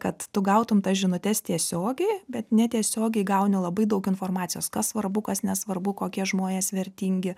kad tu gautum tas žinutes tiesiogiai bet netiesiogiai gauni labai daug informacijos kas svarbu kad nesvarbu kokie žmonės vertingi